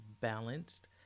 balanced